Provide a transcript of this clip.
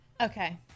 okay